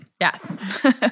Yes